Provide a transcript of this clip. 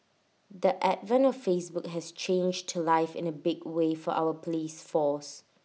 the advent of Facebook has changed to life in A big way for our Police force